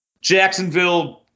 Jacksonville